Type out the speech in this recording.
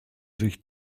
sich